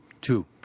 Two